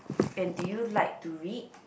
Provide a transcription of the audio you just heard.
and do you like to read